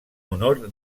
honor